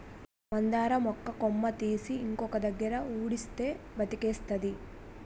మందార మొక్క కొమ్మ తీసి ఇంకొక దగ్గర ఉడిస్తే బతికేస్తాది